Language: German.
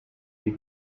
wie